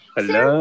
Hello